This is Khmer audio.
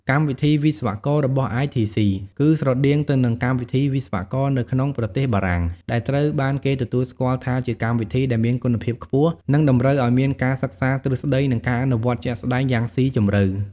កម្មវិធីវិស្វកររបស់ ITC គឺស្រដៀងទៅនឹងកម្មវិធីវិស្វករនៅក្នុងប្រទេសបារាំង ដែលត្រូវបានគេទទួលស្គាល់ថាជាកម្មវិធីដែលមានគុណភាពខ្ពស់ និងតម្រូវឱ្យមានការសិក្សាទ្រឹស្តី និងការអនុវត្តជាក់ស្តែងយ៉ាងស៊ីជម្រៅ។